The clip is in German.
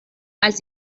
als